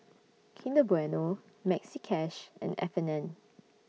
Kinder Bueno Maxi Cash and F and N